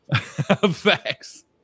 Facts